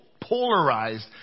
polarized